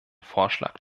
vorschlag